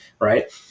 Right